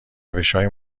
روشهای